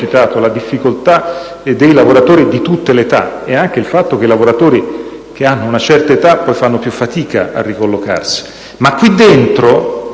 la difficoltà dei lavoratori di tutte le età e anche il fatto che i lavoratori che hanno una certa età fanno poi più fatica a ricollocarsi.